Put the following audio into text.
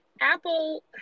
Apple